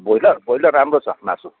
broiler broiler राम्रो छ मासु